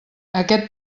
aquest